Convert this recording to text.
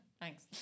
Thanks